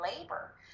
labor